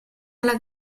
alla